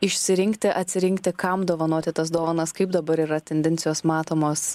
išsirinkti atsirinkti kam dovanoti tas dovanas kaip dabar yra tendencijos matomos